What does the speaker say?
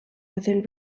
within